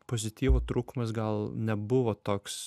pozityvo trūkumas gal nebuvo toks